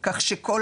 כך שכל